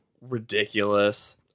ridiculous